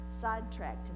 sidetracked